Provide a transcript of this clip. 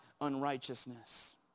unrighteousness